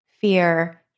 fear